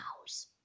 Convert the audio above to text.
house